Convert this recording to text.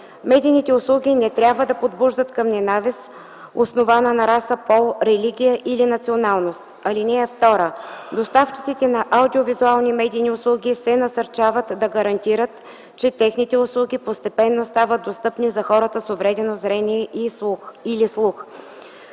Медийните услуги не трябва да подбуждат към ненавист, основана на раса, пол, религия или националност. (2) Доставчиците на аудио-визуални медийни услуги се насърчават да гарантират, че техните услуги постепенно стават достъпни за хората с увредено зрение или слух.